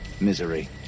misery